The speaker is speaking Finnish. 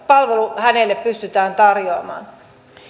palvelu asiakkaalle pystytään tarjoamaan